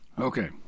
Okay